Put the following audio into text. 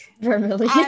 vermilion